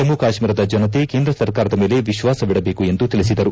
ಜಮ್ನು ಕಾಶ್ಮೀರದ ಜನತೆ ಕೇಂದ್ರ ಸರ್ಕಾರದ ಮೇಲೆ ವಿಶ್ವಾಸವಿಡಬೇಕು ಎಂದು ತಿಳಿಸಿದರು